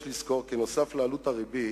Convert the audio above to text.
יש לזכור כי נוסף על עלות הריבית,